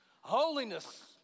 Holiness